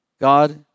God